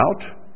out